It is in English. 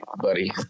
buddy